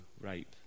rape